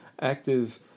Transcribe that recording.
active